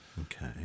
Okay